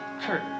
Kurt